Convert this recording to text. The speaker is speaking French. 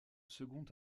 second